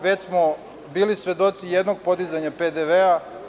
Već smo bili svedoci jednog podizanja PDV.